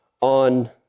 on